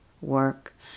work